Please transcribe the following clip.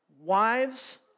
Wives